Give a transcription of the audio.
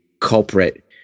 culprit